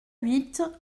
huit